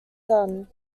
son